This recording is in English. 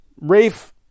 Rafe